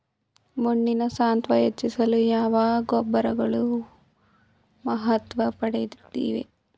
ಮಣ್ಣಿನ ಸತ್ವ ಹೆಚ್ಚಿಸಲು ಯಾವ ಗೊಬ್ಬರಗಳು ಮಹತ್ವ ಪಡೆದಿವೆ?